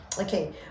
Okay